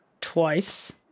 twice